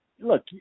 look